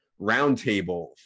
roundtable